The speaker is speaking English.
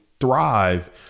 thrive